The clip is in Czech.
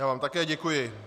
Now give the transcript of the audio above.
Já vám také děkuji.